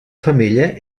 femella